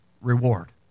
reward